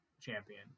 champion